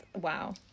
wow